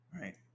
Right